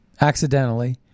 accidentally